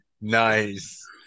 Nice